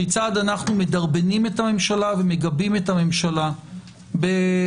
כיצד אנחנו מדרבנים את הממשלה ומגבים את הממשלה בהתמודדות